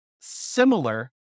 similar